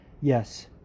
yes